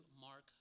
Mark